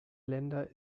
länder